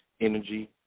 energy